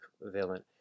villain